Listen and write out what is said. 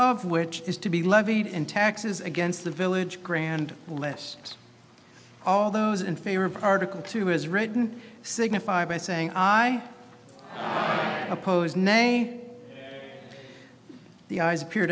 of which is to be levied in taxes against the village grand less all those in favor of article two was written signify by saying i oppose nay the ayes appear